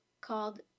called